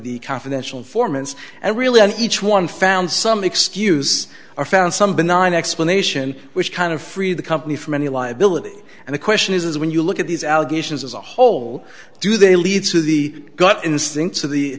the confidential informants and really each one found some excuse or found some benign explanation which kind of freed the company from any liability and the question is when you look at these allegations as a whole do they lead to the gut instincts of the